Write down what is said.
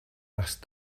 asked